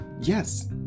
Yes